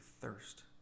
thirst